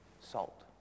salt